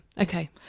Okay